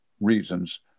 reasons